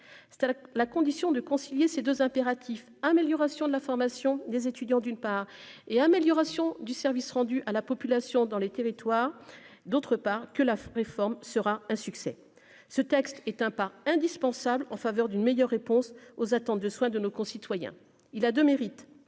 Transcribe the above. c'est-à-dire la condition de concilier ces 2 impératifs : amélioration de la formation des étudiants, d'une part et amélioration du service rendu à la population dans les territoires, d'autre part que la réforme sera un succès, ce texte est un pas indispensable en faveur d'une meilleure réponse aux attentes de soins de nos concitoyens, il a deux mérites